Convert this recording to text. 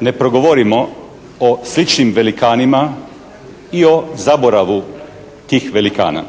ne progorimo o sličnim velikanima i o zaboravu tih velikana.